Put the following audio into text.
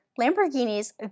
lamborghini's